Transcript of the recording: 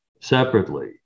separately